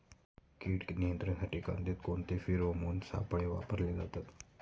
कीड नियंत्रणासाठी कांद्यात कोणते फेरोमोन सापळे वापरले जातात?